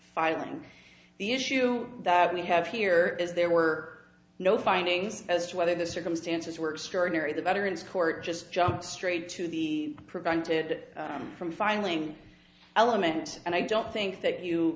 filing the issue that we have here is there were no findings as to whether the circumstances were extraordinary the veterans court just jumped straight to the prevented from filing element and i don't think that you